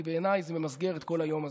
כי בעיניי זה ממסגר את כל היום הזה.